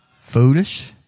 Foolish